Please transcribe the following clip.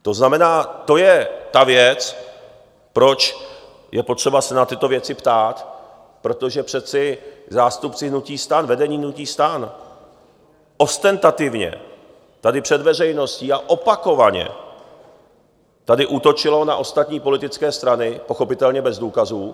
To znamená, to je ta věc, proč je potřeba se na tyto věci ptát, protože přece zástupci hnutí STAN, vedení hnutí STAN, ostentativně tady před veřejností, a opakovaně, útočili na ostatní politické strany, pochopitelně bez důkazů.